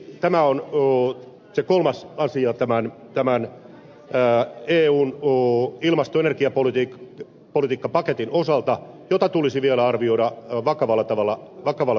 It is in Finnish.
siksi tämä on ollut jo kolmas versio tämä nyt tämän ja eu eun ilmasto ja energiapolitiikkapaketin osalta se kolmas asia jota tulisi vielä arvioida vakavalla tavalla uudelleen